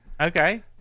Okay